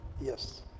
Yes